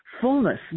fullness